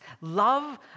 love